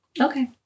Okay